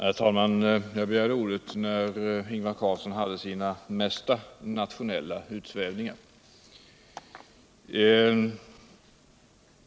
Herr talman! Jag begärde ordet när Ingvar Carlsson gjorde sina mest nationella utsvävningar.